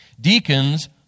Deacons